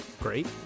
great